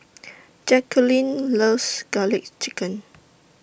Jacquelyn loves Garlic Chicken